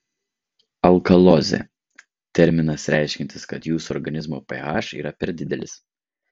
alkalozė terminas reiškiantis kad jūsų organizmo ph yra per didelis